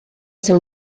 ser